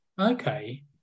Okay